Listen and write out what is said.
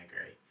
agree